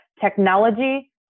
technology